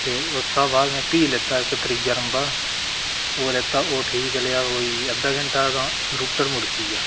ते उस्सै बाद में फ्ही लेता ते त्रीआ रम्बा ओह् लेता ओह् ठीक चलेआ ओह् कोई अद्धा घैंटा तां रुटर मुड़की गेआ